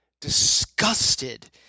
disgusted